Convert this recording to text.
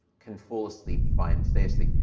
can fall asleep fine, stay asleep,